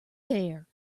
there